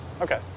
okay